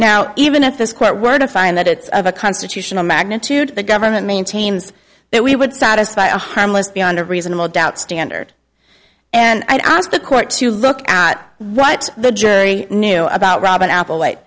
now even if this court were to find that it's a constitutional magnitude the government maintains that we would satisfy a harmless beyond a reasonable doubt standard and i'd ask the court to look at what the jury knew about robin apple